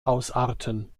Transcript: ausarten